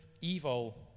evil